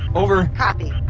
over copy.